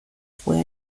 fue